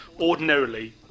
ordinarily